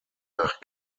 nach